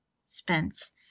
Spence